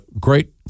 great